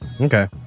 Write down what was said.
Okay